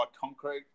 concrete